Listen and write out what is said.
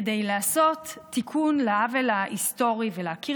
כדי לעשות תיקון לעוול היסטורי ולהכיר